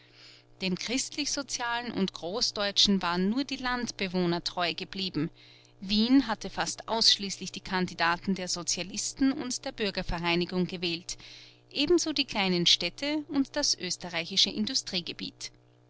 den christlichsozialen und großdeutschen waren nur die landbewohner treu geblieben wien hatte fast ausschließlich die kandidaten der sozialisten und der bürgervereinigung gewählt ebenso die kleinen städte und das österreichische industriegebiet